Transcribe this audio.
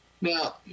now